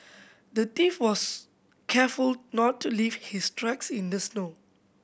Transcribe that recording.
the thief was careful not to leave his tracks in the snow